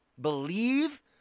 believe